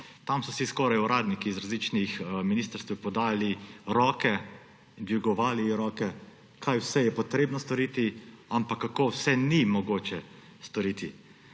Tam so si uradniki iz različnih ministrstev skoraj podali roke, dvigovali roke, kaj vse je potrebno storiti, ampak kako vsega ni mogoče storiti.